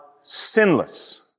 sinless